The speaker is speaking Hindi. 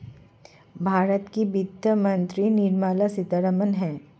भारत की वित्त मंत्री निर्मला सीतारमण है